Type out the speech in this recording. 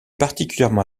particulièrement